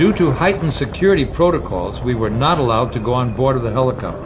do to heighten security protocols we were not allowed to go on board of the helicopter